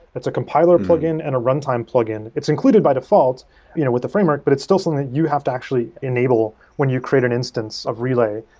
it's a compiler plug-in and a runtime plug-in. it's included by default you know with the framework, but it's still something you have to actually enable when you create an instance of relay.